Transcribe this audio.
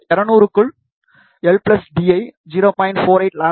200 க்குள் l d ஐ 0